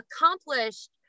accomplished